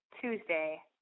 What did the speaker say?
Tuesday